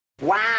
Wow